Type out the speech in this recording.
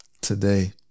today